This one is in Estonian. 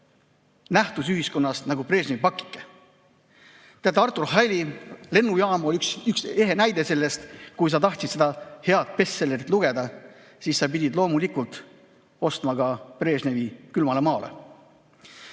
nähtus nagu Brežnevi pakike. Teate, Arthur Hailey "Lennujaam" on üks ehe näide sellest. Kui sa tahtsid seda head bestsellerit lugeda, siis sa pidid loomulikult ostma ka Brežnevi "Külmale maale"